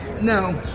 No